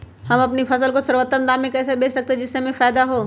हम अपनी फसल को सर्वोत्तम दाम में कैसे बेच सकते हैं जिससे हमें फायदा हो?